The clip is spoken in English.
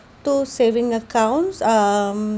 two saving accounts um